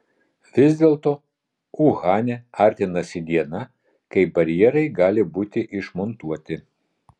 vis dėlto uhane artinasi diena kai barjerai gali būti išmontuoti